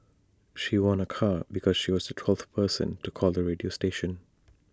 she won A car because she was the twelfth person to call the radio station